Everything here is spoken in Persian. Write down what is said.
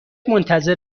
منتظر